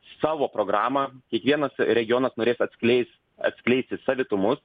savo programą kiekvienas regionas norės atskleis atskleisti savitumus